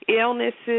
illnesses